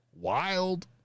wild